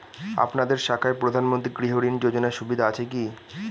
আপনাদের শাখায় প্রধানমন্ত্রী গৃহ ঋণ যোজনার সুবিধা আছে কি?